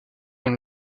dans